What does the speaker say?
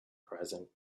present